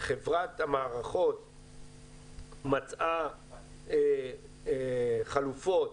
חברת המערכות מצאה חלופות